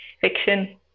Fiction